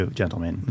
gentlemen